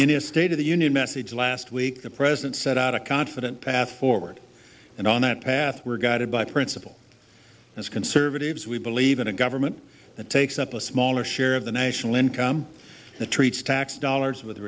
in a state of the union message last week the president set out a confident path forward and on that path we're guided by principle as conservatives we believe in a government that takes up a smaller share of the national income that treats tax dollars with